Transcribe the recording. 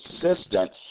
consistent